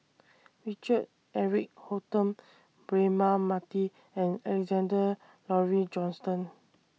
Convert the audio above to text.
Richard Eric Holttum Braema Mathi and Alexander Laurie Johnston